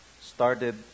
started